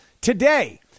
Today